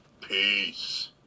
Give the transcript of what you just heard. Peace